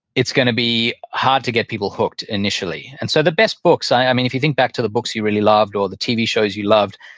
it's going to be hard to get people hooked initially. and so the best books, i mean if you think back to the books you really loved, or the tv show you loved,